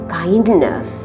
kindness